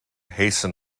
hasten